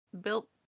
built